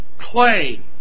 clay